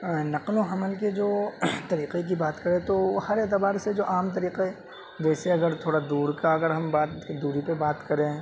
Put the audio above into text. نقل و حمل کے جو طریقے کی بات کریں تو وہ ہر اعتبار سے جو عام طریقے جیسے اگر تھوڑا دور کا اگر ہم بات دوری پہ بات کریں